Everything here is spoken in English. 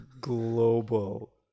global